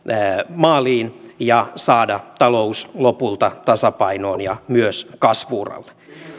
maaliin ja saada talous lopulta tasapainoon ja myös kasvu uralle